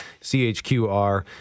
CHQR